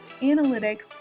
analytics